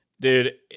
Dude